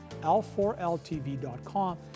l4ltv.com